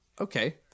Okay